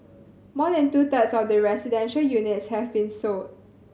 more than two thirds of the residential units have been sold